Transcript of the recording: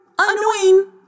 Annoying